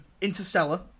Interstellar